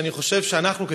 ואני חושב שאנחנו,